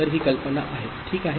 तर ही कल्पना आहे ठीक आहे